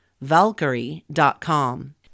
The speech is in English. Valkyrie.com